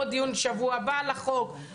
או דיון בשבוע הבא על החוק,